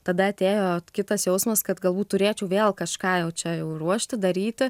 tada atėjo kitas jausmas kad galbūt turėčiau vėl kažką jau čia jau ruošti daryti